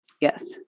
Yes